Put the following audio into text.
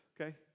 okay